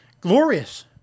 Glorious